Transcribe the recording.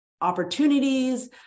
opportunities